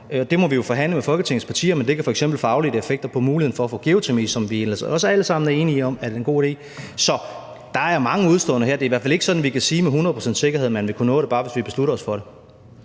det må vi jo forhandle med Folketingets partier, men det kan f.eks. få afledte effekter på muligheden for at få geotermi, som vi ellers også alle sammen er enige om er en god idé. Så der er mange udeståender her. Det er i hvert fald ikke sådan, at vi med hundrede procents sikkerhed kan sige, at man ville kunne nå det, bare fordi vi beslutter os for det.